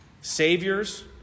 saviors